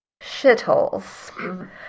shitholes